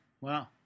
Wow